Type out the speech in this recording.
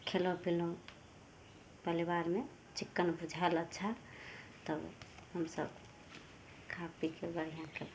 खएलहुँ पिलहुँ पलिबारमे चिक्कन बुझाएल अच्छा तऽ हमसभ खा पीके बढ़िआँके